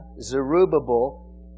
Zerubbabel